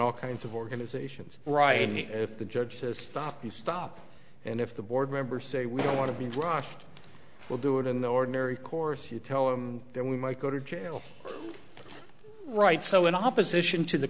all kinds of organizations right if the judge says stop the stop and if the board members say we don't want to be rushed we'll do it in the ordinary course you tell him then we might go to jail right so in opposition to the